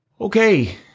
Okay